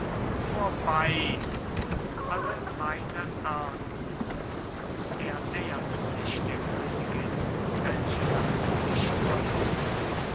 vorbei sind alle meine ernten er nähert sich der königin welche das gesicht verhüllt